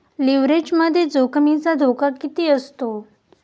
लिव्हरेजमध्ये जोखमीचा धोका किती असतो?